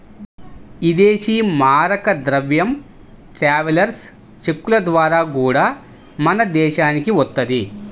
ఇదేశీ మారక ద్రవ్యం ట్రావెలర్స్ చెక్కుల ద్వారా గూడా మన దేశానికి వత్తది